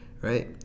right